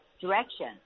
direction